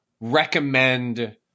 recommend